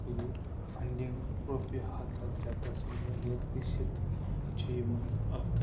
کٔرِو فنٛڈِنٛگ رۄپیہِ ہَتھ ہَتھ رٮ۪تس منٛز رٮ۪تھ گٔژھِتھ چھِ یِمن اکھ